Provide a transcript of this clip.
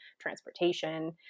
transportation